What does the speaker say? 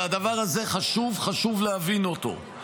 והדבר הזה חשוב, חשוב להבין אותו.